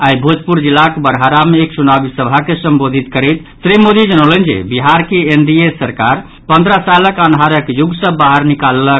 आई भोजपुर जिलाक बड़हरा मे एक चुनावी सभा के संबोधित करैत श्री मोदी जनौलनि जे बिहार के एनडीए सरकार पन्द्रह सालक अन्हारक युग सँ बाहर निकाललक